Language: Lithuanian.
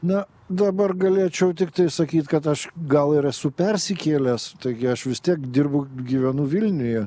na dabar galėčiau tiktai sakyt kad aš gal ir esu persikėlęs taigi aš vis tiek dirbu gyvenu vilniuje